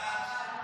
סעיף 1,